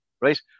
right